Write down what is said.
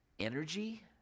energy